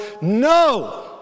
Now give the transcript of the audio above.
No